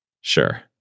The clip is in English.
Sure